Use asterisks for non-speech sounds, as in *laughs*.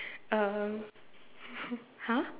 um *laughs* !huh!